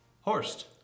Horst